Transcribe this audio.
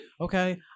Okay